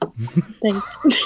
Thanks